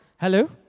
Hello